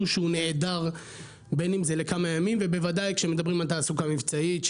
שהוא נעדר בין אם זה לכמה ימים ובוודאי כשמדברים על תעסוקה מבצעית,